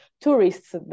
tourists